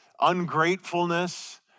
ungratefulness